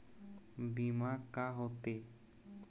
बीमा का होते?